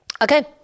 Okay